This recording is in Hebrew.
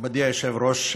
מכובדי היושב-ראש,